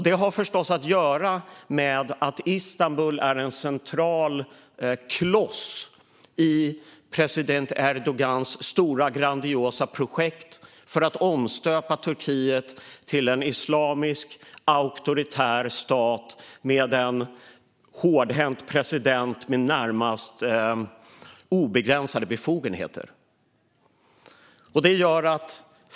Detta har förstås att göra med att Istanbul är en central kloss i president Erdogans grandiosa projekt för att omstöpa Turkiet till en islamisk auktoritär stat med en hårdhänt president med närmast obegränsade befogenheter.